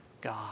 God